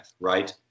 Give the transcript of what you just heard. right